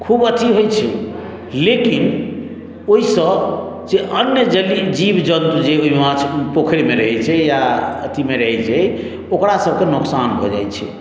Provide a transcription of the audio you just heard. खूब अथी होइत छै लेकिन ओहिसँ जे अन्य जलीय जीव जन्तु जे भी माछ पोखरिमे रहैत छै या अथीमे रहैत छै ओकरासभके नोकसान भऽ जाइत छै